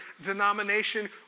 denomination